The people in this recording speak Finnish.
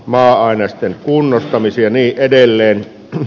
maa ainesten kunnostamisia niin edelleen e